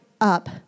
up